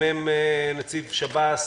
מ"מ נציב שב"ס.